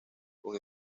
con